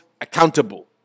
accountable